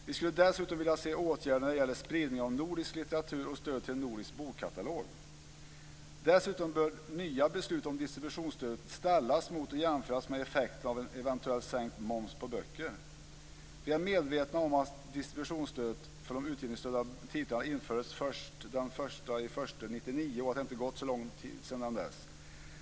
Vi skulle dessutom vilja se åtgärder när det gäller spridning av nordisk litteratur och stöd till en nordisk bokkatalog. Dessutom bör nya beslut om distributionsstödet ställas mot och jämföras med effekten av en eventuellt sänkt moms på böcker. Vi är medvetna om att distributionsstödet för de utgivningsstödda titlarna infördes först den 1 januari 1999 och att det inte gått så lång tid sedan dess.